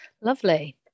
lovely